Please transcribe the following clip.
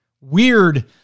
weird